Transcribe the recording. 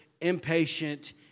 impatient